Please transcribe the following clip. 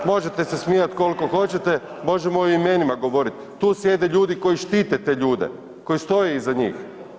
Možete se smijat kolko hoćete, možemo i o imenima govorit, tu sjede ljudi koji štite te ljude, koji stoje iza njih.